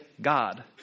God